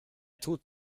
tut